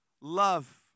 love